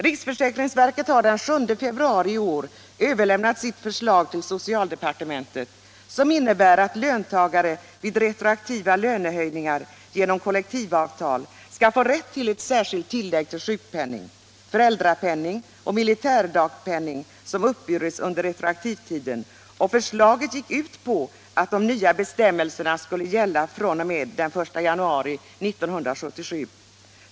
Riksförsäkringsverket har den 7 februari i år överlämnat sitt förslag till socialdepartementet, vilket innebär att löntagare vid retroaktiva lönehöjningar genom kollektivavtal skall få rätt till ett särskilt tillägg till sjukpenning, föräldrapenning och militärdagpenning som uppburits under retroaktivtiden. Förslaget gick ut på att de nya bestämmelserna skulle gälla fr.o.m. den 1 januari 1977.